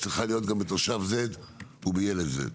צריכה להיות גם בתושב Z ובילד Z,